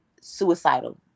suicidal